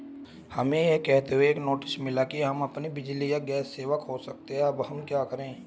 हमें यह कहते हुए एक नोटिस मिला कि हम अपनी बिजली या गैस सेवा खो सकते हैं अब हम क्या करें?